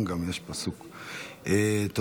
יש גם פסוק "שבו בנים לגבולם".